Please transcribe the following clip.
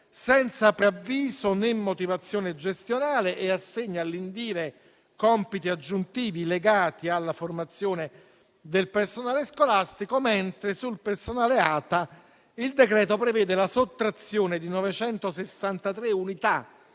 senza preavviso né motivazione gestionale, e assegna all'INDIRE compiti aggiuntivi legati alla formazione del personale scolastico; il testo prevede poi la sottrazione di 963 unità